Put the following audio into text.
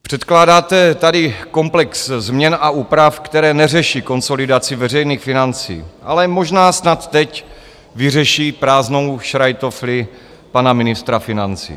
Předkládáte tady komplex změn a úprav, které neřeší konsolidaci veřejných financí, ale možná snad teď vyřeší prázdnou šrajtofli pana ministra financí.